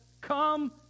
come